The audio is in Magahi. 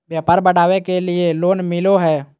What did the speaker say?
व्यापार बढ़ावे के लिए लोन मिलो है?